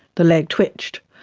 the leg twitched.